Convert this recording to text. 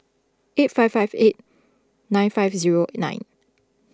eight five five eight nine five zero nine